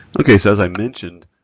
okay, so as i mentioned,